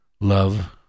love